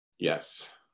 yes